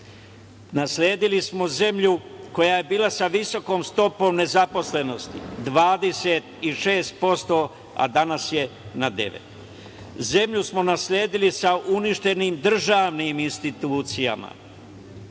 Nasledili smo zemlju koja je bila sa visokom stopom nezaposlenosti, 26%, a danas je na 9%. Nasledili smo zemlju sa uništenim državnim institucijama.